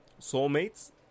Soulmates